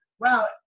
wow